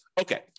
Okay